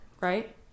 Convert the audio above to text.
right